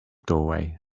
doorway